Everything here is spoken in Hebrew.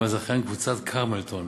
עם הזכיין קבוצת "כרמלטון".